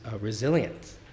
resilience